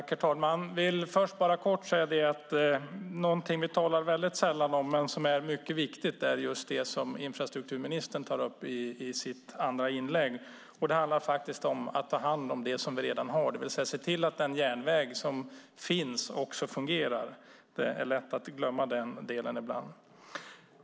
Herr talman! Något vi talar sällan om men som är viktigt är det infrastrukturministern tog upp i sitt andra inlägg, nämligen att ta hand om det vi redan har. Vi ska se till att den järnväg som finns också fungerar. Det är lätt att glömma den delen ibland.